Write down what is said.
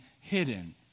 hidden